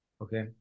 okay